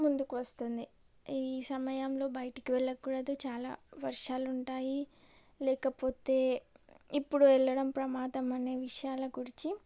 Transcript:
ముందుకు వస్తుంది ఈ సమయంలో బయటికి వెళ్ళకూడదు చాలా వర్షాలుంటాయి లేకపోతే ఇప్పుడు వెళ్ళడం ప్రమాదం అనే విషయాల గూర్చి